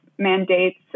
mandates